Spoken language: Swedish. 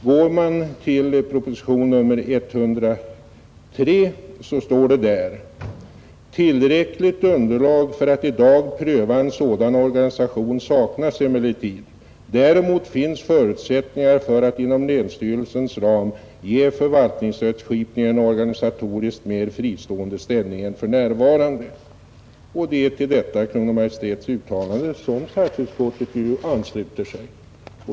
Går man till propositionen 103 så finner man att det står: ”Tillräckligt underlag för att i dag pröva en sådan organisation saknas emellertid. Däremot finns förutsättningar för att inom länsstyrelsens ram ge förvaltningsrättskipningen en organisatoriskt mer fristående ställning än för närvarande.” Det är till detta Kungl. Maj:ts uttalande som statsutskottet ansluter sig.